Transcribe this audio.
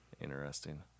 interesting